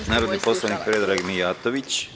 Reč ima narodni poslanik Predrag Mijatović.